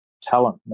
talent